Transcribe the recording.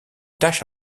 tâche